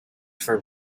for